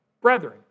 Brethren